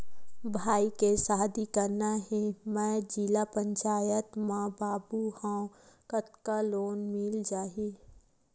भाई के शादी करना हे मैं जिला पंचायत मा बाबू हाव कतका लोन मिल जाही?